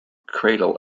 cradle